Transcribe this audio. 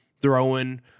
Throwing